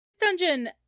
Dungeon